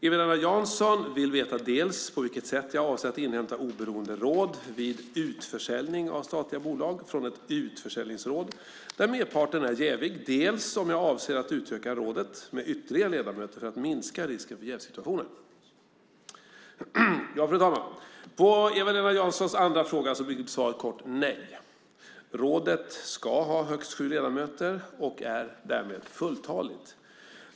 Eva-Lena Jansson vill veta dels på vilket sätt jag avser att inhämta oberoende råd vid "utförsäljning" av statliga bolag från ett "utförsäljningsråd" där merparten är jävig, dels om jag avser att utöka rådet med ytterligare ledamöter för att minska risken för jävssituationer. Fru talman! På Eva-Lena Janssons andra fråga blir svaret kort: Nej, rådet ska ha högst sju ledamöter och är därmed fulltaligt.